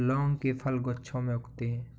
लौंग के फल गुच्छों में उगते हैं